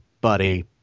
buddy